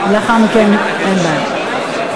לאחר מכן אין בעיה.